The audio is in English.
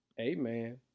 Amen